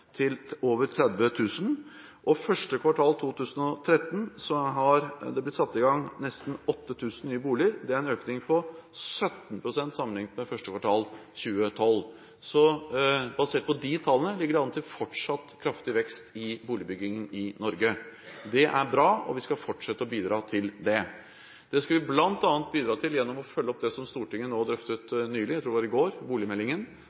til over 30 000, og i første kvartal 2013 har det blitt satt i gang bygging av nesten 8 000 nye boliger, noe som er en økning på 17 pst. sammenlignet med første kvartal 2012. Så basert på de tallene ligger det an til fortsatt kraftig vekst i boligbyggingen i Norge. Det er bra, og vi skal fortsette å bidra til det. Det skal vi bl.a. bidra til gjennom å følge opp boligmeldingen, som Stortinget drøftet